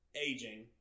aging